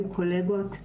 הם קולגות,